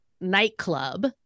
nightclub